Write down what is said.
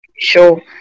Sure